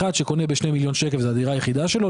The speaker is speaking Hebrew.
אחד שקונה ב-2 מיליון ₪ וזו הדירה היחידה שלו,